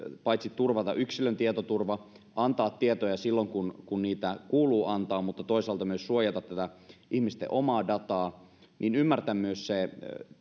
paitsi turvata yksilön tietoturva antaa tietoja silloin kun niitä kuuluu antaa mutta toisaalta myös suojata ihmisten omaa dataa niin ymmärtää myös se